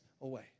away